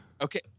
Okay